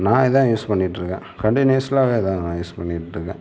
நான் இதுதான் யூஸ் பண்ணிகிட்ருக்கேன் கன்டீனியூஸ்லாவே இதுதான் நான் யூஸ் பண்ணிகிட்ருக்கேன்